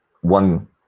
one